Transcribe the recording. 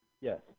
yes